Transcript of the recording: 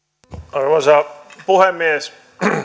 arvoisa puhemies